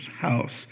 house